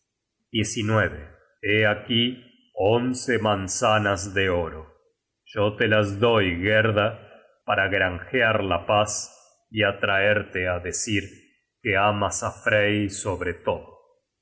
hé aquí once manzanas de oro yo te las doy gerda para granjear la paz y atraerte á decir que amas á frey sobre todo